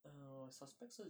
err 我 suspect 是